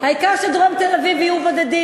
העיקר שדרום תל-אביב יהיו בודדים,